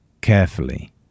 carefully